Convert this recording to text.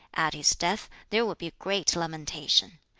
at his death there would be great lamentation.